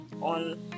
on